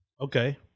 Okay